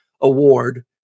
award